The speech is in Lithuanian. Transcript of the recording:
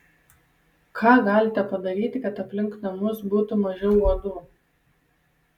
ką galite padaryti kad aplink namus būtų mažiau uodų